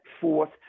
forth